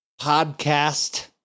Podcast